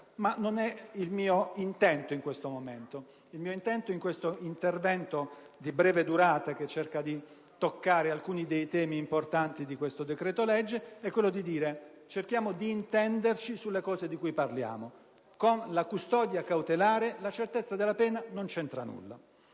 ma non è il mio intento in questo momento. In questo intervento di breve durata, che cerca di toccare alcuni dei temi importanti del decreto‑legge al nostro esame, il mio intento è quello di dire: cerchiamo di intenderci sulle cose di cui parliamo: con la custodia cautelare la certezza della pena non c'entra nulla.